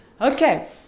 Okay